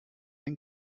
den